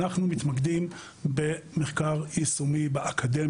להם בצורה המיטבית ולא לפי השקפת עולם פוליטית,